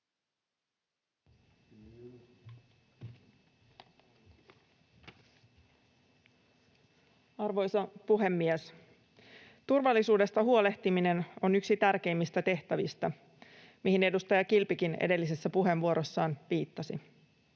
Arvoisa puhemies! Turvallisuudesta huolehtiminen on yksi tärkeimmistä tehtävistä, mihin edustaja Kilpikin edellisessä puheenvuorossaan viittasi.